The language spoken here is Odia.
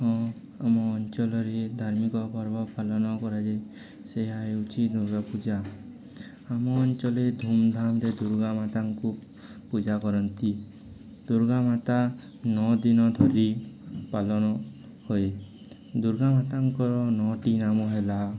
ହଁ ଆମ ଅଞ୍ଚଳରେ ଧାର୍ମିକ ପର୍ବ ପାଳନ କରାଯାଏ ସେ ହେଉଛି ଦୁର୍ଗା ପୂଜା ଆମ ଅଞ୍ଚଳେ ଧୂମଧାମରେ ଦୁର୍ଗା ମାତାଙ୍କୁ ପୂଜା କରନ୍ତି ଦୁର୍ଗା ମାତା ନଅ ଦିନ ଧରି ପାଳନ ହୁଏ ଦୁର୍ଗା ମାତାଙ୍କର ନଅଟି ନାମ ହେଲା